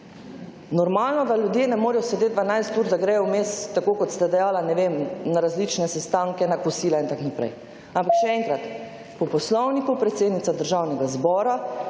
Normalno, da ljudje ne morejo sedeti 12 ur, da gredo vmes, tako kot ste dejala, ne vem, na različne sestanke, na kosilo in tako naprej. Ampak še enkrat, po Poslovniku predsednica Državnega zbora